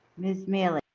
ms. miele?